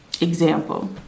example